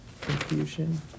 confusion